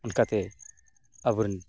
ᱚᱱᱠᱟᱛᱮ ᱟᱵᱚ ᱨᱮᱱ